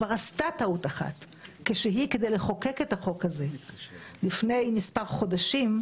כאשר כדי לחוקק את החוק הזה לפני מספר חודשים,